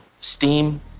Steam